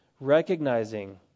recognizing